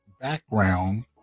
background